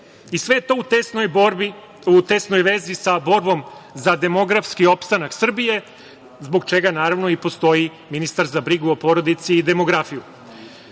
I sve je to u tesnoj vezi sa borbom za demografski opstanak Srbije zbog čega, naravno, i postoji ministar za brigu o porodici i demografiju. Da